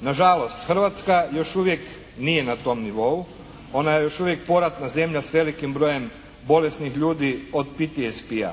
Nažalost, Hrvatska još uvijek nije na tom nivou. Ona je još uvijek poratna zemlja s velikim brojem bolesnih ljudi od PTSP-A.